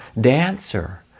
dancer